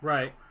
Right